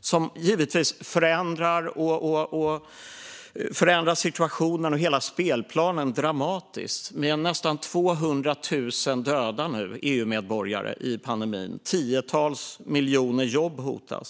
som givetvis förändrar situationen och hela spelplanen dramatiskt med nu nästan 200 000 döda EU-medborgare, och tiotals miljoner jobb hotas.